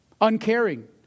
uncaring